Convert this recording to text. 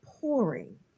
pouring